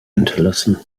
entlassen